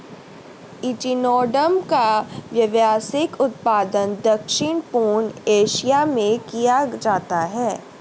echinoderm का व्यावसायिक उत्पादन दक्षिण पूर्व एशिया में किया जाता है